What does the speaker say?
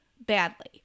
badly